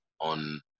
on